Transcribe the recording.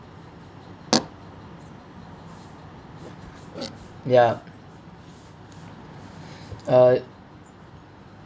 ya uh